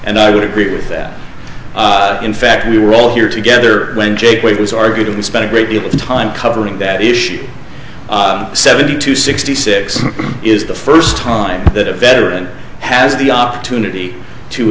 and i would agree with that in fact we were all here together when jake was argued we spent a great deal of time covering that issue seventy two sixty six is the first time that a veteran has the opportunity to